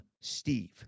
Steve